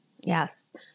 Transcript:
Yes